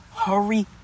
hurry